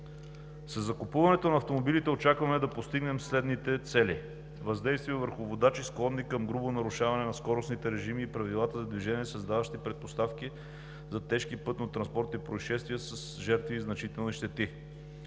Със закупуването на автомобилите очакваме да постигнем следните цели: въздействие върху водачи, склонни към грубо нарушаване на скоростните режими и правилата за движение, създаващи предпоставки за тежки пътнотранспортни произшествия с жертви и значителни щети;